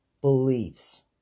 beliefs